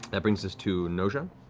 that brings us to noja.